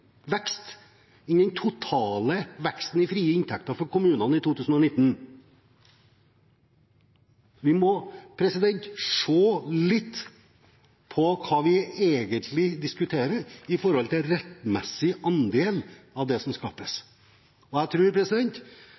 vekst enn den totale veksten i frie inntekter for kommunene i 2019. Vi må se litt på hva vi egentlig diskuterer når det gjelder rettmessig andel av det som skapes. Jeg